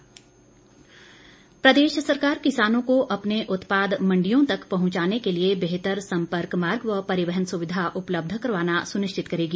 राजीव सहजल प्रदेश सरकार किसानों को अपने उत्पाद मंडियों तक पहुंचाने के लिए बेहतर संपर्क मार्ग व परिवहन सुविधा उपलब्ध करवाना सुनिश्चित करेगी